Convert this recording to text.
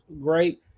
Great